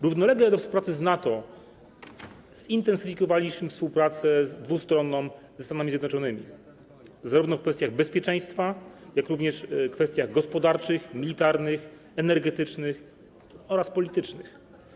Równolegle do współpracy z NATO zintensyfikowaliśmy współpracę dwustronną ze Stanami Zjednoczonymi zarówno w kwestiach bezpieczeństwa, jak również w kwestiach gospodarczych, militarnych, energetycznych oraz politycznych.